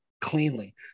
cleanly